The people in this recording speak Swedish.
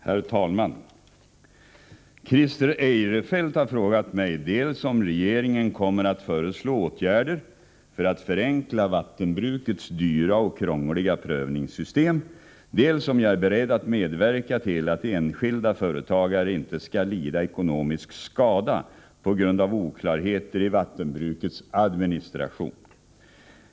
Herr talman! Christer Eirefelt har frågat mig dels om regeringen kommer att föreslå åtgärder för att förenkla vattenbrukets dyra och krångliga prövningssystem, dels om jag är beredd att medverka till att enskilda företagare inte skall lida ekonomisk skada på grund av oklarheter i vattenbrukets administration.